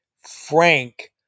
frank